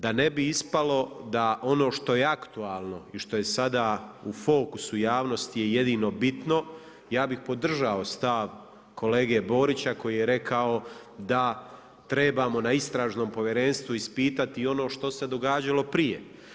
Da ne bi ispalo da ono što je aktualno i što je sada u fokusu javnosti je jedino bitno, ja bih podržao stav kolege Borića koji je rekao da trebamo na Istražnom povjerenstvu ispitati i ono što se događalo prije.